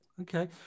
Okay